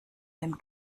dem